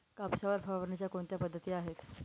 कापसावर फवारणीच्या कोणत्या पद्धती आहेत?